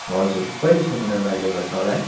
हजुर कहिलेसम्म एभाइलेबल छ होला है